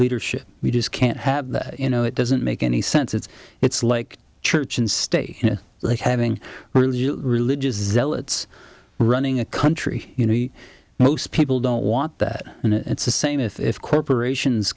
leadership we just can't have that you know it doesn't make any sense it's it's like church and state like having religious zealots running a country you know he most people don't want that and it's the same if corporations